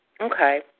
Okay